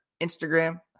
Instagram